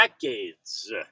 decades